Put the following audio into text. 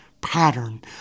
pattern